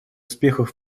успехов